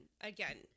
again